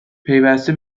پیوسته